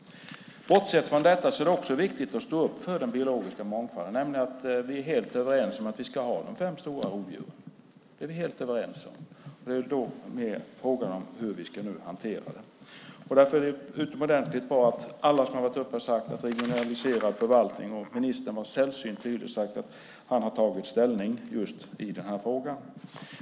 Bortsett från detta är det också viktigt att stå upp för den biologiska mångfalden. Vi är helt överens om att vi ska ha de fem stora rovdjuren. Då är det mer fråga om hur vi ska hantera detta. Därför är det utomordentligt bra att alla har varit uppe och talat om regionaliserad förvaltning, och ministern var sällsynt tydlig och sade att han har tagit upp just den frågan.